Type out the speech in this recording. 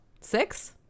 Six